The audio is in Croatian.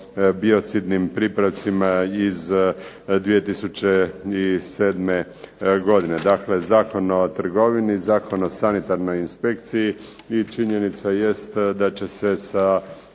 biocidnim pripravcima iz 2007. godine, dakle Zakon o trgovini, Zakon o sanitarnoj inspekciji i činjenica jest da će se sa